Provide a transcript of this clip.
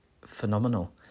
phenomenal